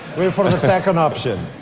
wait for the second option.